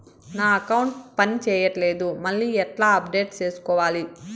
నా అకౌంట్ పని చేయట్లేదు మళ్ళీ ఎట్లా అప్డేట్ సేసుకోవాలి?